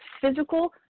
physical